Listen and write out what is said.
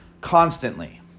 constantly